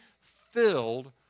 filled